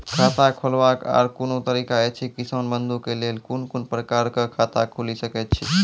खाता खोलवाक आर कूनू तरीका ऐछि, किसान बंधु के लेल कून कून प्रकारक खाता खूलि सकैत ऐछि?